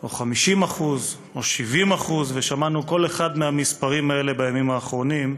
או 50% או 70% ושמענו כל אחד מהמספרים האלה בימים האחרונים,